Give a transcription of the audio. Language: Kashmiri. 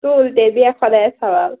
تُل تیٚلہِ بیٚہہ خۄدایس حوال